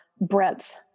breadth